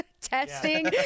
testing